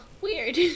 weird